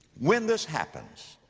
when this happens,